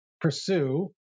pursue